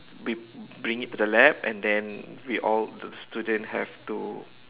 bri~ bring it to the lab and then we all student have to